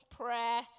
prayer